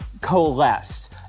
coalesced